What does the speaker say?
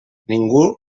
ningú